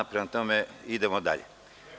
Prema tome, idemo dalje.